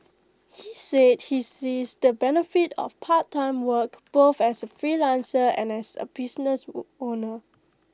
he said he sees the benefit of part time work both as A freelancer and as A business owner